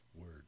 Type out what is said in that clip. word